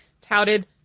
touted